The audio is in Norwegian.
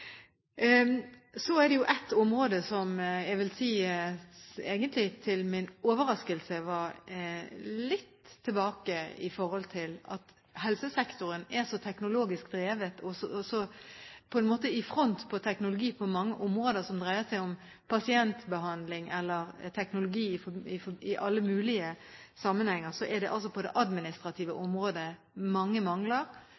et område som jeg vil si – egentlig til min overraskelse – er litt tilbake i forhold til at helsesektoren er så teknologisk drevet og så i front på mange områder som dreier seg om pasientbehandling eller teknologi i alle mulige sammenhenger, og det er det administrative området som har mange mangler. Det